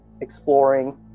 exploring